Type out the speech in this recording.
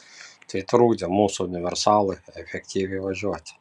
tai trukdė mūsų universalui efektyviai važiuoti